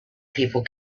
people